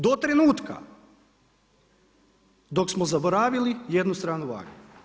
Do trenutka dok smo zaboravili jednu stranu vage.